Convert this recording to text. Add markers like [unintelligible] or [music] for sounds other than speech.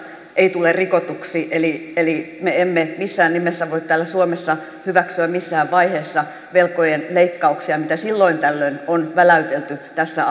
ei tule rikotuksi eli eli me emme missään nimessä voi täällä suomessa hyväksyä missään vaiheessa velkojen leikkauksia mitä silloin tällöin on väläytelty tässä [unintelligible]